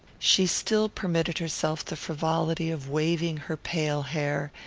she still permitted herself the frivolity of waving her pale hair,